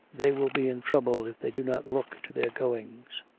they will be in trouble if they do not look to their goings.